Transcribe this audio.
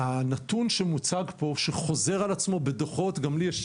הנתון שמוצג פה שחוזר על עצמו בדוחות גם לי יש